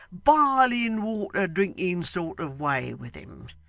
biling-water drinking sort of way with him!